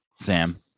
Sam